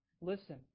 Listen